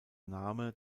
name